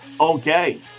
Okay